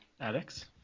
Alex